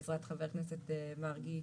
בעזרת חבר הכנסת מרגי,